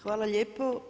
Hvala lijepa.